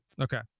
Okay